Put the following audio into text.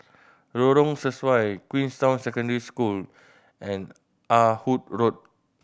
Lorong Sesuai Queensway Secondary School and Ah Hood Road